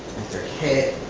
after hit,